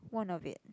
one of it